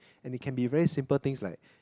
and it can be very simple things like